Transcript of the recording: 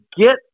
get